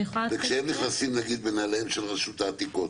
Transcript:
וכשהם נכנסים בנעליים של רשות העתיקות,